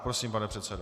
Prosím, pane předsedo.